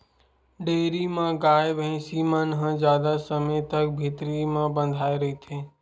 dairy म गाय, भइसी मन ह जादा समे तक भीतरी म बंधाए रहिथे